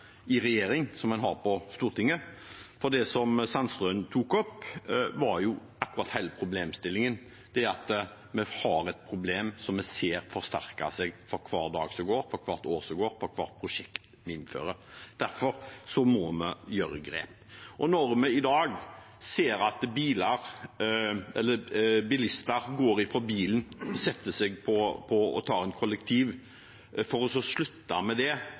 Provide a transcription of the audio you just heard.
i regjeringen, som en har på Stortinget, for det som representanten Nils Kristen Sandtrøen tok opp, var jo nettopp hele problemstillingen: Vi har et problem som vi ser forsterker seg for hver dag som går, for hvert år som går, og for hvert prosjekt vi vedtar. Derfor må vi ta grep. Når vi i dag ser at bilister går over fra bil og reiser kollektivt, for så å slutte med det og sette seg i elbilen, slik at biltrafikken øker igjen, er det